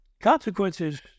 consequences